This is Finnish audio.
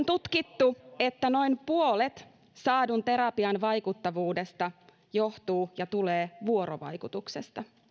tutkittu että noin puolet saadun terapian vaikuttavuudesta johtuu ja tulee vuorovaikutuksesta